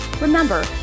Remember